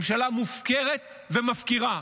ממשלה מופקרת ומפקירה,